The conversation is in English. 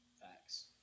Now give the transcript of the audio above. Facts